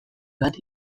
bat